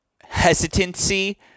hesitancy